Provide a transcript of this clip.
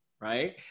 Right